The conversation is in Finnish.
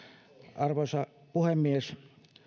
arvoisa puhemies